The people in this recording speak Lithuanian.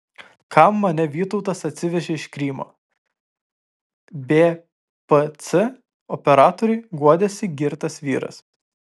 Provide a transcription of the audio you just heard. kam mane vytautas atsivežė iš krymo bpc operatoriui guodėsi girtas vyras